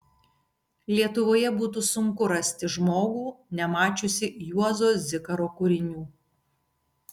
lietuvoje būtų sunku rasti žmogų nemačiusį juozo zikaro kūrinių